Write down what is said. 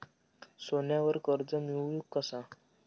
सोन्यावर कर्ज मिळवू कसा?